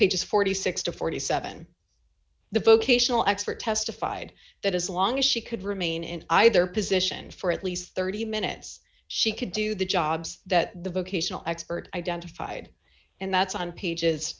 pages forty six to forty seven the vocational expert testified that as long as she could remain in either position for at least thirty minutes she could do the jobs that the vocational expert identified and that's on pages